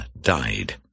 died